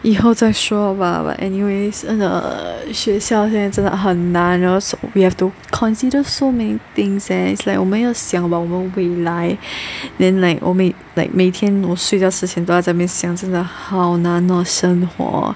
以后再说吧 but anyways 真的学校现在真的很难呢 so we have to consider so many things leh and it's like 我们要想我们的未来 then like only like 我每天在睡觉之前都要在那边想真的好难哦生活